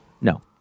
No